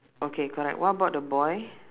okay correct what about the boy